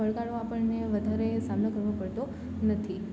પડકારનો આપણને વધારે સામનો કરવો પડતો નથી